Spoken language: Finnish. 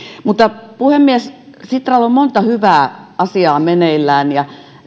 puhemies sitralla on monta hyvää asiaa meneillään ja